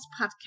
podcast